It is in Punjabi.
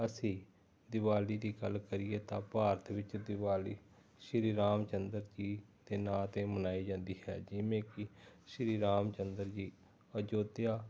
ਅਸੀਂ ਦੀਵਾਲੀ ਦੀ ਗੱਲ ਕਰੀਏ ਤਾਂ ਭਾਰਤ ਵਿੱਚ ਦੀਵਾਲੀ ਸ਼੍ਰੀ ਰਾਮ ਚੰਦਰ ਜੀ ਦੇ ਨਾਮ 'ਤੇ ਮਨਾਈ ਜਾਂਦੀ ਹੈ ਜਿਵੇਂ ਕਿ ਸ਼੍ਰੀ ਰਾਮ ਚੰਦਰ ਜੀ ਅਯੋਧਿਆ